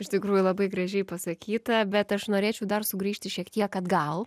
iš tikrųjų labai gražiai pasakyta bet aš norėčiau dar sugrįžti šiek tiek atgal